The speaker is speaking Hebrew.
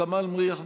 ע'דיר כמאל מריח,